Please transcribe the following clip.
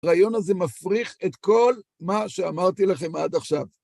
הרעיון הזה מפריך את כל מה שאמרתי לכם עד עכשיו.